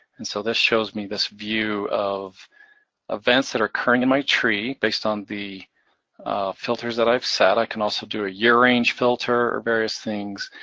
and so this shows me this view of events that are occurring in my tree based on the filters that i've set. i can also do a year-range filter or various things,